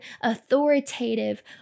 authoritative